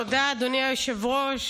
תודה, אדוני היושב-ראש.